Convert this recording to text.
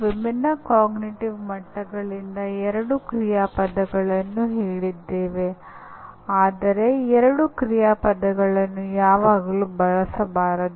ಮಾಹಿತಿಯ ಸ್ವಾಧೀನ ಮಾಡುವುದರಿಂದ ನೀವು ಅದನ್ನು ಪುನರುತ್ಪಾದಿಸಬಹುದು ಆದರೆ ಅದು ಹೊಸ ಜ್ಞಾನವನ್ನು ಪಡೆದುಕೊಳ್ಳಲು ಅನುವಾದಿಸುವುದಿಲ್ಲ